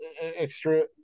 extra